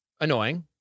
Annoying